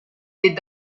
des